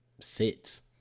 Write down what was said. sits